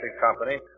Company